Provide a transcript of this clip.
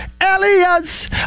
Elias